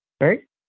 right